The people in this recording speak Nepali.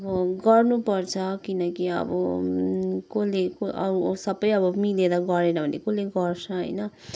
अब गर्नुपर्छ किनकि अब कसले अब सबै अब मिलेर गरेन भने कसले गर्छ होइन